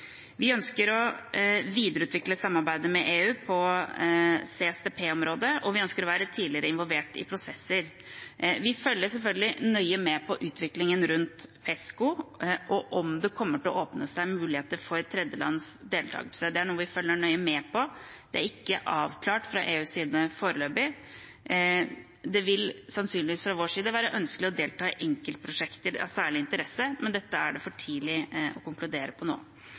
Vi ønsker å videreutvikle samarbeidet med EU på CSDP-området, og vi ønsker å være tidligere involvert i prosesser. Vi følger selvfølgelig nøye med på utviklingen rundt PESCO og på om det kommer til å åpne seg muligheter for tredjelands deltakelse. Det er noe vi følger nøye med på. Det er ikke avklart fra EUs side foreløpig. Det vil sannsynligvis fra vår side være ønskelig å delta i enkeltprosjekter av særlig interesse, men dette er det for tidlig å konkludere på nå.